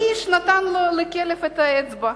והאיש נתן לכלב את האצבע,